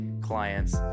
clients